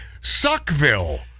Suckville